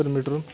permit room